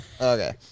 Okay